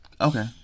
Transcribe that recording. Okay